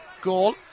goal